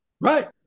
Right